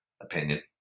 opinion